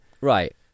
Right